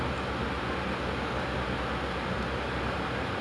they ada C_C_A then uh like they